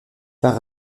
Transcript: par